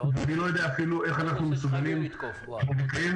אני לא יודע אפילו איך אנחנו מסוגלים לקיים